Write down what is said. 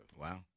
wow